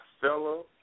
fellow